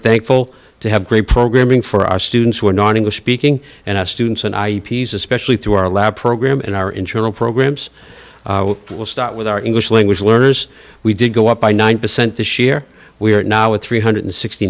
thankful to have great programming for our students who are non english speaking and our students and i especially through our lab program in our internal programs will start with our english language learners we did go up by nine percent this year we are now at three hundred and sixty